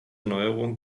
neuerung